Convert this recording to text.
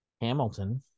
Hamilton